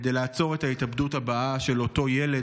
כדי לעצור את ההתאבדות הבאה של אותו ילד